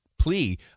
plea